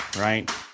right